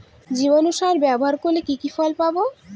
জীবাণু সার ব্যাবহার করলে কি কি ফল পাবো?